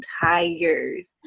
tires